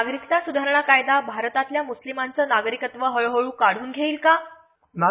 नागरिकत्व सुधारणा कायदा भारतातल्या मुस्लिमांच नागरिकत्व हळूहळू काढून घेईल का नाही